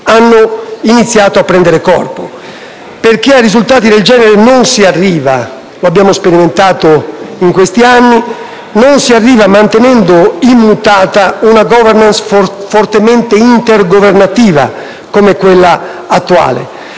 hanno iniziato a prendere corpo. Infatti, a risultati del genere non si arriva, come abbiamo sperimentato in questi anni, mantenendo immutata una *governance* fortemente intergovernativa come quella attuale.